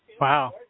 Wow